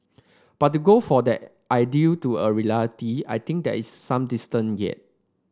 but to go for that ideal to a reality I think there is some distance yet